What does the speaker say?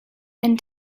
and